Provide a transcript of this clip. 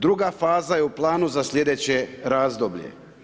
Druga faza je u planu za sljedeće razdoblje.